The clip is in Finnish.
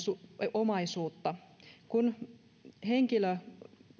omaisuutta kun henkilö